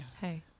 Hey